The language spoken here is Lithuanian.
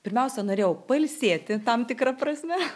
pirmiausia norėjau pailsėti tam tikra prasme